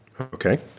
okay